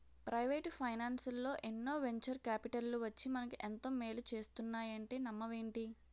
Private ఫైనాన్సల్లో ఎన్నో venture కాపిటల్లు వచ్చి మనకు ఎంతో మేలు చేస్తున్నాయంటే నమ్మవేంటి?